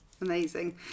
Amazing